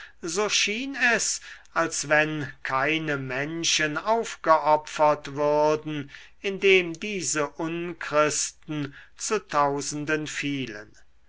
es als wenn keine menschen aufgeopfert würden indem diese unchristen zu tausenden fielen